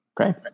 Okay